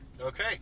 Okay